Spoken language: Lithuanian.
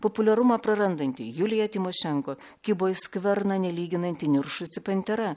populiarumą prarandanti julija tymošenko kibo į skverną nelyginant įniršusi pantera